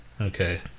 Okay